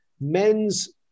men's